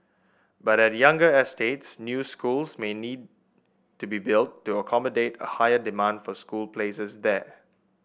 but at younger estates new schools may need to be built to accommodate a higher demand for school places there